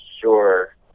sure